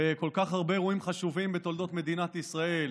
בכל כך הרבה אירועים חשובים בתולדות מדינת ישראל.